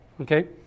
Okay